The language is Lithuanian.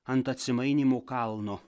ant atsimainymų kalno